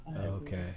Okay